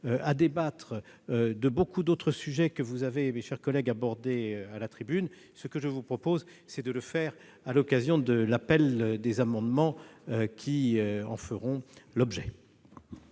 à débattre de bien d'autres sujets que vous avez, mes chers collègues, abordés à la tribune. Je vous propose de le faire à l'occasion de l'appel des amendements qui en feront l'objet.